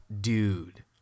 dude